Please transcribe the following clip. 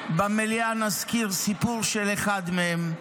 במליאה נזכיר סיפור של אחד מהם,